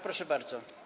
Proszę bardzo.